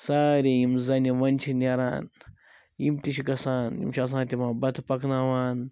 سارے یِم زَنہِ وَنہِ چھِ نیران یِم تہِ چھِ گَژھان یِم چھِ آسان تِمَن بَتہٕ پَکناوان